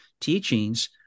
teachings